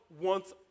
wants